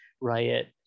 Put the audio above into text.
Riot